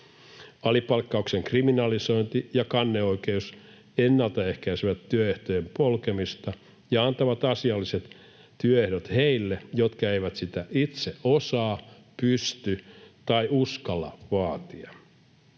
Alipalkkauksen kriminalisointi ja kanneoikeus ennaltaehkäisevät työehtojen polkemista ja antavat asialliset työehdot heille, jotka eivät sitä itse osaa, pysty tai uskalla vaatia.